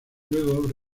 luego